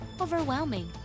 overwhelming